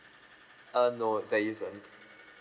uh no there isn't